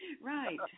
right